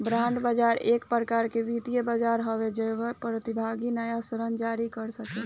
bond बाजार एक प्रकार के वित्तीय बाजार हवे जाहवा प्रतिभागी नाया ऋण जारी कर सकेला